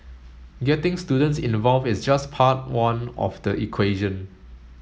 getting students involved is just part one of the equation